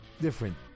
different